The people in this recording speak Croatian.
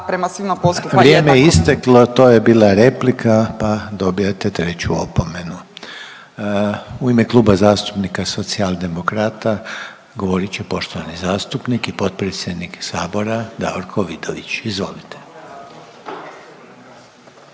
Željko (HDZ)** Vrijeme je isteklo, to je bila replika pa dobijate treću opomenu. U ime Kluba zastupnika Socijaldemokrata govorit će poštovani zastupnik i potpredsjednik sabora Davorko Vidović. Izvolite.